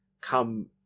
come